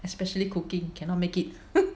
especially cooking cannot make it